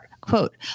Quote